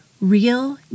Real